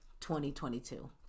2022